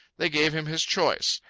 they gave him his choice.